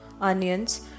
onions